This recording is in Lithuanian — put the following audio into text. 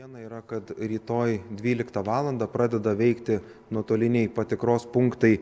viena yra kad rytoj dvyliktą valandą pradeda veikti nuotoliniai patikros punktai